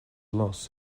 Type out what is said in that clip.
loss